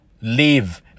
live